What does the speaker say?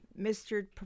Mr